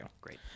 Great